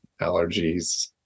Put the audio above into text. allergies